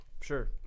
Sure